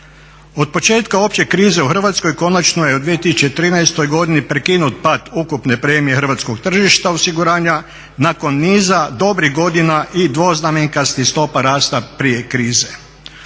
Od početka opće krize u Hrvatskoj konačno u 2013. godini prekinut pad ukupne premije hrvatskog tržišta osiguranja nakon niza dobrih godina i dvoznamenkastih stopa rasta prije krize.